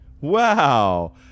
wow